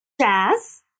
Jazz